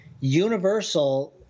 Universal